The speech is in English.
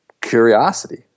curiosity